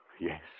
yes